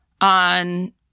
on